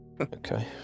Okay